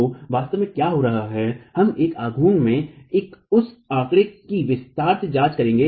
तो वास्तव में क्या हो रहा है हम एक आघूर्ण में उस आंकड़े की विस्तार से जांच करेंगे